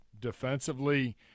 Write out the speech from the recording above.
defensively